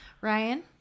Ryan